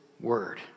word